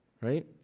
Right